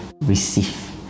receive